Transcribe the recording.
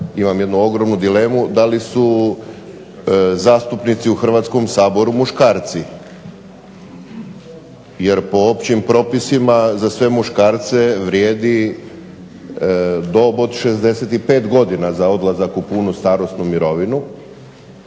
imam jednu ogromnu dilemu, da li su zastupnici u Hrvatskom saboru muškarci. Jer po općim propisima za sve muškarce vrijedi dob od 65 godina za odlazak u punu starosnu mirovinu,